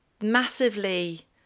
massively